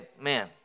man